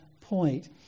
point